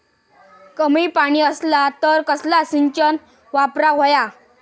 कमी पाणी असला तर कसला सिंचन वापराक होया?